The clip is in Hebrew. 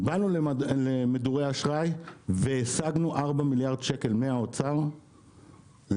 באנו למדורי האשראי והשגנו ארבעה מיליארד שקל מהאוצר לעסקים